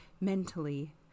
mentally